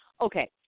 Okay